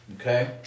Okay